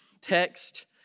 text